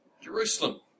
Jerusalem